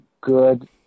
good